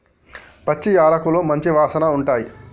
పచ్చి యాలకులు మంచి వాసన ఉంటాయి